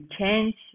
change